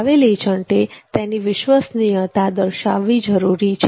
travel એજન્ટે તેની વિશ્વસનીયતા દર્શાવવી જરૂરી છે